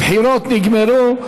הבחירות נגמרו.